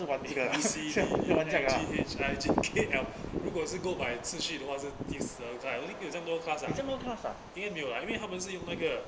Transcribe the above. U C D E then G H I K L 如果是 go by 秩序的话是第十二 cla~ I don't think 有这么多 class ah 应该没有应为他们是用那个